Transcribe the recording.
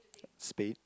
spade